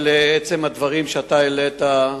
ולעצם הדברים שאתה העלית,